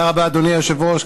תודה רבה, אדוני היושב-ראש.